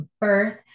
birth